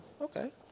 Okay